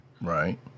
Right